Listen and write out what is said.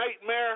nightmare